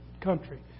country